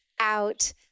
out